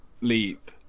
Leap